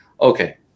okay